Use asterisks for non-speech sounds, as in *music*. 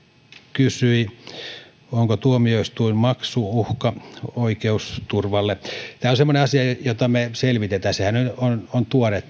kysyi onko tuomioistuinmaksu uhka oikeusturvalle *unintelligible* tämä on semmoinen asia jota me selvitämme tämä tuomioistuinmaksulakihan on tuore *unintelligible*